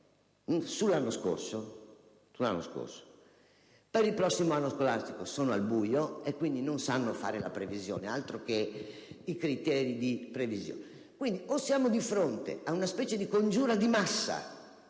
l'anno scorso. Per il prossimo anno scolastico le scuole sono al buio e quindi non sono in grado di fare la previsione: altro che i criteri di previsione! Quindi, o siamo di fronte a una specie di congiura di massa,